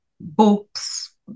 books